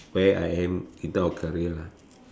where I am in terms of career lah